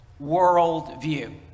worldview